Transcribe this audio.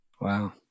Wow